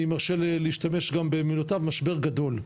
אני מרשה להשתמש גם במילותיו משבר גדול,